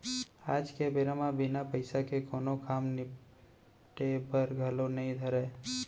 आज के बेरा म बिना पइसा के कोनों काम निपटे बर घलौ नइ धरय